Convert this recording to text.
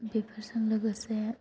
बेफोरजों लोगोसे